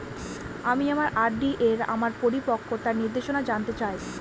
আমি আমার আর.ডি এর আমার পরিপক্কতার নির্দেশনা জানতে চাই